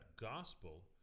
gospel